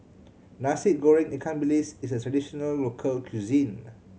Nasi Goreng ikan bilis is a traditional local cuisine